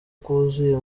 kuzuye